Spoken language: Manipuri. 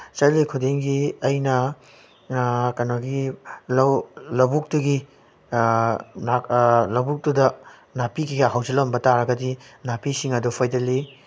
ꯆꯠꯂꯤ ꯈꯨꯗꯤꯡꯒꯤ ꯑꯩꯅ ꯀꯩꯅꯣꯒꯤ ꯂꯧ ꯂꯕꯨꯛꯇꯒꯤ ꯂꯕꯨꯛꯇꯨꯗ ꯅꯥꯄꯤ ꯀꯩꯀꯥ ꯍꯧꯖꯤꯜꯂꯝꯕ ꯇꯥꯔꯒꯗꯤ ꯅꯥꯄꯤꯁꯤꯡ ꯑꯗꯨ ꯐꯣꯏꯗꯠꯂꯤ